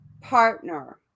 partner